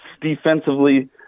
defensively